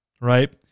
right